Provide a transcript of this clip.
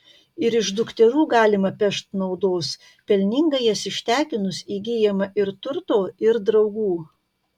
ir iš dukterų galima pešt naudos pelningai jas ištekinus įgyjama ir turto ir draugų